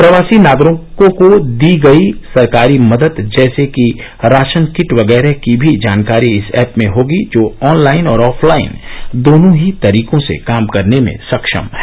प्रवासी नागरिकों को दी गई सरकारी मदद जैसे कि राशन किट वगैरह की भी जानकारी इस ऐप में होगी जो ऑनलाइन और ऑफलाइन दोनों ही तरीकों से काम करने में सक्षम है